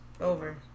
Over